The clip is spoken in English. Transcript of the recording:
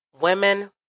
women